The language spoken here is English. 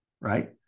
Right